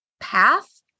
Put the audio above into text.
path